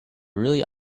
really